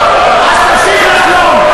אז תפסיק לחלום.